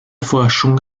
forschung